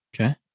Okay